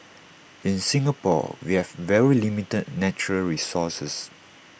in Singapore we have very limited natural resources